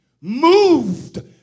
moved